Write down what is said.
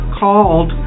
called